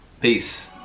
Peace